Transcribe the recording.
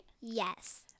Yes